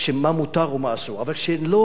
אבל כשלא מעמידים אותם לדין,